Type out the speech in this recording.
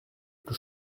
plus